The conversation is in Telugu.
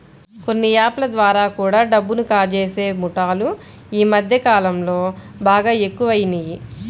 కొన్ని యాప్ ల ద్వారా కూడా డబ్బుని కాజేసే ముఠాలు యీ మద్దె కాలంలో బాగా ఎక్కువయినియ్